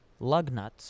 Lugnuts